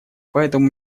поэтому